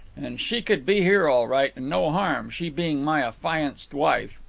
and she could be here, all right, and no harm, she being my affianced wife.